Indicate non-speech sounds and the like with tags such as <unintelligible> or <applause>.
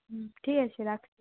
হুম ঠিক আছে <unintelligible>